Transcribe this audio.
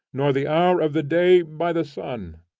nor the hour of the day by the sun.